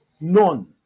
none